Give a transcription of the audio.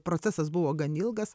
procesas buvo gan ilgas